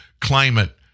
climate